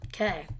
okay